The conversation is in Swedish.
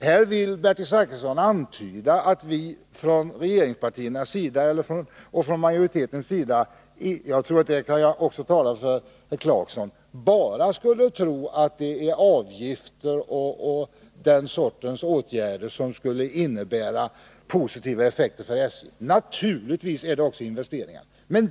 Här vill Bertil Zachrisson antyda att vi från regeringspartiernas sida och från utskottsmajoritetens sida — jag tror att jag kan tala också för herr Clarkson — skulle tro att bara avgifter och den sortens åtgärder skulle innebära positiva effekter för SJ. Naturligtvis är det också investeringar.